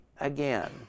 again